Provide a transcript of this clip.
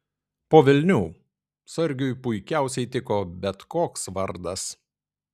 po velnių sargiui puikiausiai tiko bet koks vardas